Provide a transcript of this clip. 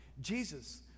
Jesus